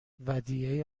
ودیعه